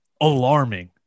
alarming